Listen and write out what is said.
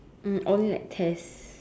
mm only like tests